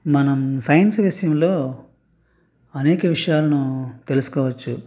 మనం సైన్స్ విషయంలో అనేక విషయాలను తెలుసుకోవచ్చు